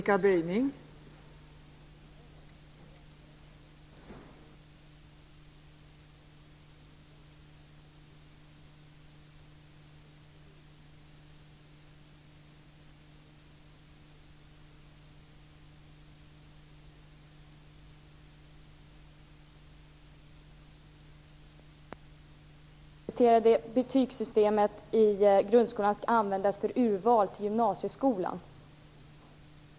Det är litet oklart när det gäller det nya betygssystemet och dess användning för urval till gymnasieskolan.